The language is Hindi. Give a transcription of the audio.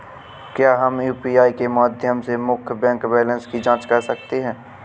क्या हम यू.पी.आई के माध्यम से मुख्य बैंक बैलेंस की जाँच कर सकते हैं?